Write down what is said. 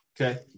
Okay